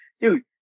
Dude